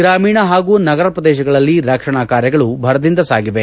ಗ್ರಾಮೀಣ ಹಾಗೂ ನಗರ ಪ್ರದೇಶಗಳಲ್ಲಿ ರಕ್ಷಣಾ ಕಾರ್ಯಗಳು ಭರದಿಂದ ಸಾಗಿವೆ